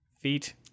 Feet